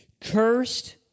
cursed